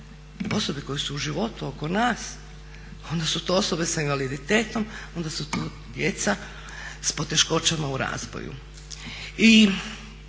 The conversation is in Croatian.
osobe koje su u životu oko nas onda su to osobe sa invaliditetom, onda su to djeca s poteškoćama u razvoju.